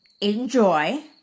enjoy